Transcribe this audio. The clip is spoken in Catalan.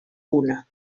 una